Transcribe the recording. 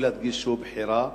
וחשוב להדגיש שהוא בחירה,